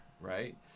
right